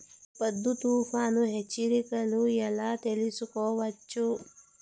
ఈ పొద్దు తుఫాను హెచ్చరికలు ఎలా తెలుసుకోవచ్చు?